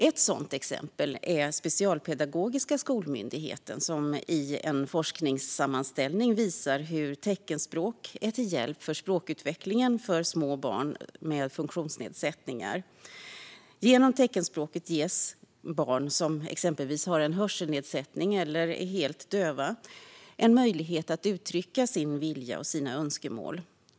Ett sådant exempel är Specialpedagogiska skolmyndigheten, som i en forskningssammanställning visar hur teckenspråk är till hjälp för språkutvecklingen för små barn med funktionsnedsättningar. Genom teckenspråket ges barn som exempelvis har en hörselnedsättning eller är helt döva en möjlighet att uttrycka sin vilja och sina önskemål.